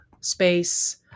space